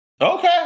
Okay